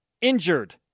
injured